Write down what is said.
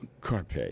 carpe